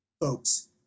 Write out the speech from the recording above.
folks